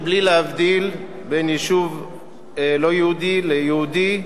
בלי להבדיל בין יישוב לא-יהודי ליהודי.